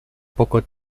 poco